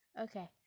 Okay